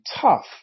tough